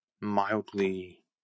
mildly